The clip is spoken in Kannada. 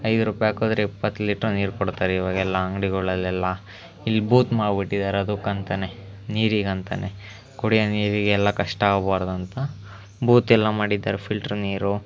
ಐದು ರುಪಾಯಿ ಹಾಕಿದ್ರೆ ಇಪ್ಪತ್ತು ಲೀಟ್ರ್ ನೀರು ಕೊಡುತ್ತಾರೆ ಈವಾಗೆಲ್ಲ ಅಂಗಡಿಗಳೆಲ್ಲ ಇಲ್ಲಿ ಬೂತ್ ಮಾಡಿಬಿಟ್ಟಿದ್ದಾರೆ ಅದಕ್ಕಂತಲೇ ನೀರಿಗಂತಲೇ ಕುಡಿಯುವ ನೀರಿಗೆಲ್ಲ ಕಷ್ಟ ಆಗಬಾರ್ದು ಅಂತ ಬೂತೆಲ್ಲ ಮಾಡಿದ್ದಾರೆ ಫಿಲ್ಟ್ರ್ ನೀರು